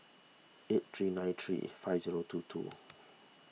eight three nine three five zero two two